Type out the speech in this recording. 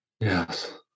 yes